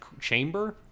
chamber